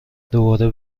دوباره